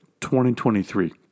2023